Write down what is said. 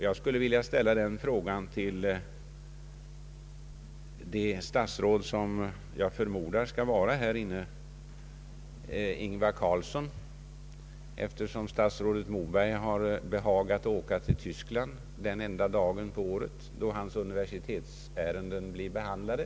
Jag skulle vilja ställa en fråga till det statsråd som jag förmodar skall vara närvarande här i kammaren, nämligen herr Ingvar Carlsson, eftersom herr statsrådet Moberg har behagat åka till Tyskland den enda dag på året då hans universitetsärenden blir behandlade.